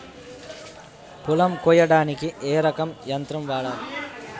పొలం కొయ్యడానికి ఏ రకం యంత్రం వాడాలి?